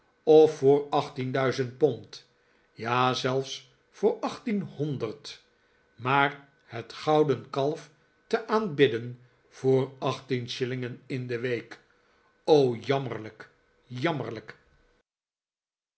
of voor achttienduizend pond ja zelfs voor achttienhonderd maar het gouden kalf te aanbidden voor achttien shillingen in de week o jammerlijk jdmmerlijk